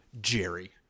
Jerry